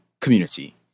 community